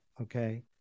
okay